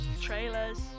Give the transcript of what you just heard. Trailers